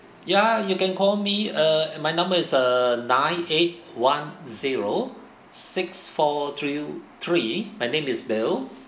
ya you can call me err my number is err nine eight one zero six four three three my name is bill